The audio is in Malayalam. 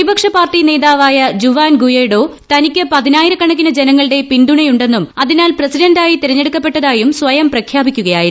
പ്രതിപക്ഷ പാർട്ടി നേതാവായ ജുവാൻ ഗുയെഡോ തനിക്ക് പതിനായിരകണക്കിന് ജനങ്ങളുടെ പിന്തുണയുണ്ടെന്നും അതിനാൽ പ്രസിഡന്റായി തെരഞ്ഞെടുക്കപ്പെട്ടതായും സ്വയം പ്രഖ്യാപിക്കുകയായിരുന്നു